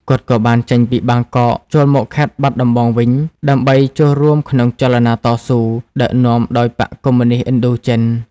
គាត់ក៏បានចេញពីបាងកក ចូលមកខេត្តបាត់ដំបងវិញ ដើម្បីចូលរួមក្នុងចលនាតស៊ូ ដឹកនាំដោយបក្សកុម្មុយនិស្តឥណ្ឌូចិន។